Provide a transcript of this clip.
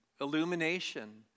illumination